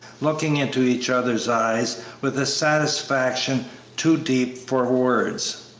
looking into each other's eyes with a satisfaction too deep for words.